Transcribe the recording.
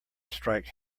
strike